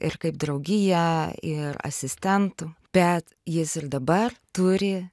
ir kaip draugija ir asistentų bet jis ir dabar turi